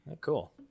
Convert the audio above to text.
Cool